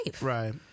Right